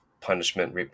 punishment